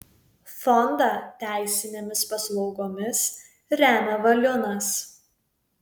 fondą teisinėmis paslaugomis remia valiunas